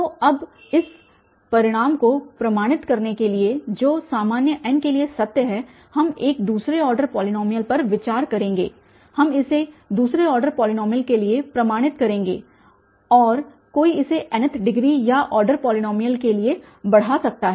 तो अब इस परिणाम को प्रमाणित करने के लिए जो सामान्य n के लिए सत्य है हम एक दूसरे ऑर्डर पॉलीनॉमियल पर विचार करेंगे हम इसे दूसरे ऑर्डर पॉलीनॉमियल के लिए प्रमाणित करेंगे और कोई इसे nth डिग्री या ऑर्डर पॉलीनॉमियल के लिए बढ़ा सकता है